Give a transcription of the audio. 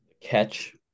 catch